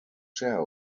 cao